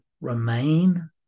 remain